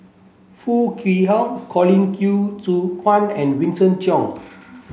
Foo Kwee Horng Colin Qi Zhe Quan and Vincent Cheng